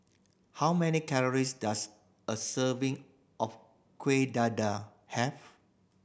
how many calories does a serving of Kueh Dadar have